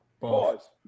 Pause